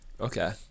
Okay